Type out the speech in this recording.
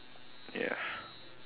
ya